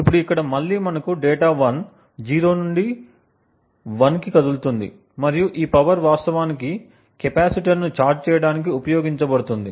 ఇప్పుడు ఇక్కడ మళ్ళీ మనకు డేటా 1 0 నుండి 1 కి కదులుతుంది మరియు ఈ పవర్ వాస్తవానికి కెపాసిటర్ను ఛార్జ్ చేయడానికి ఉపయోగించబడుతుంది